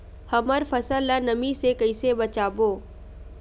हमर फसल ल नमी से क ई से बचाबो?